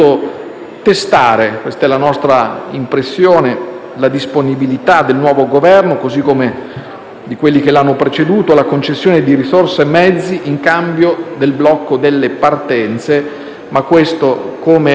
questa è la nostra impressione - la disponibilità del nuovo Governo, così come di quelli che lo hanno preceduto, alla concessione di risorse e mezzi in cambio del blocco delle partenze. Ma questo - come